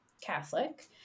Catholic